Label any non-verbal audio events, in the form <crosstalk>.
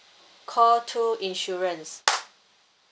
call two insurance <noise>